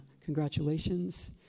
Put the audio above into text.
congratulations